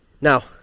Now